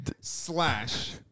slash